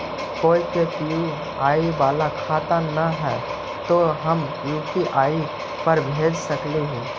कोय के यु.पी.आई बाला खाता न है तो हम यु.पी.आई पर भेज सक ही?